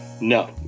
No